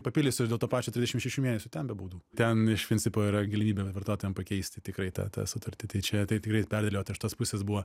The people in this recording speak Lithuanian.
papildysiu ir dėl to pačio tirsdešim šešių mėnesių ten bebūtų ten iš principo yra galimybė vartotojam pakeisti tikrai tą tą sutartį tai čia tai tikrai perdėliot iš tos pusės buvo